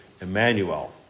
Emmanuel